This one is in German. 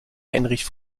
heinrich